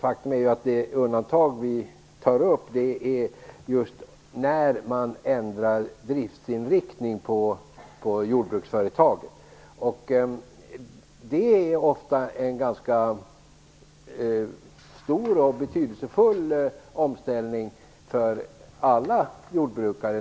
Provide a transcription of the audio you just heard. Faktum är att det undantag vi tar upp gäller just de tillfällen då man ändrar driftsinriktning på jordbruksföretaget. Det är ofta en ganska stor och betydelsefull omställning för alla jordbrukare.